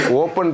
open